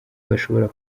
bashobora